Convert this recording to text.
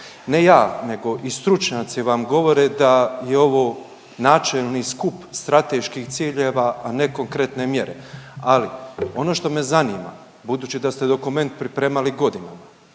Ne ja nego i stručnjaci vam govore da je ovo načelni skup strateških ciljeva, a ne konkretne mjere. Ali ono što me zanima budući da ste dokument pripremali godinama